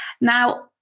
Now